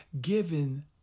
given